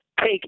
take